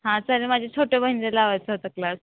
हां चालेल माझ्या छोट्या बहिणीला लावायचा होता क्लास